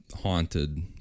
haunted